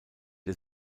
der